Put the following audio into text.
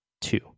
two